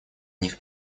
них